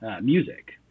music